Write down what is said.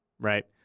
right